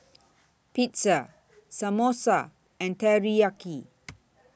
Pizza Samosa and Teriyaki